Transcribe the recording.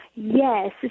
Yes